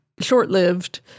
short-lived